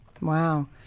Wow